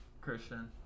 Christian